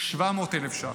היא 700,000 שקלים,